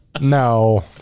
no